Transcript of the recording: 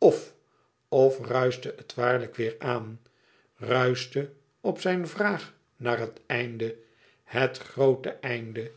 of of ruischte het waarlijk weêr aan ruischte op zijn vraag naar het einde het groote einde